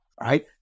Right